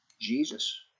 Jesus